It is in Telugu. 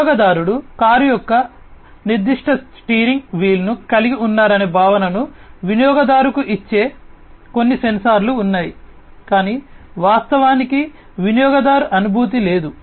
వినియోగదారుడు కారు యొక్క నిర్దిష్ట స్టీరింగ్ వీల్ను కలిగి ఉన్నారనే భావనను వినియోగదారుకు ఇచ్చే కొన్ని సెన్సార్లు ఉన్నాయి కాని వాస్తవానికి వినియోగదారు అనుభూతి లేదు